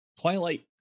Twilight